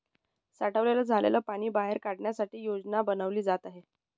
साठलेलं झालेल पाणी बाहेर काढण्यासाठी योजना बनवली जात आहे